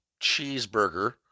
cheeseburger